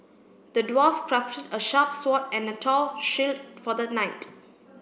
the dwarf crafted a sharp sword and a tough shield for the knight